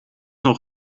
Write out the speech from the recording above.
nog